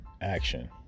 action